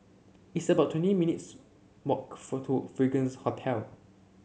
it's about twenty minutes walk for to Fragrance Hotel